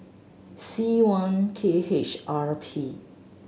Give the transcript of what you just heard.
C one K H R P